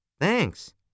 Thanks